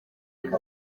akazi